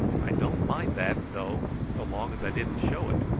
i don't mind that though so long as i didn't show it.